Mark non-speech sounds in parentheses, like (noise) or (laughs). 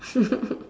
(laughs)